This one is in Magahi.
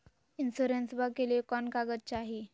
इंसोरेंसबा के लिए कौन कागज चाही?